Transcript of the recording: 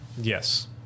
Yes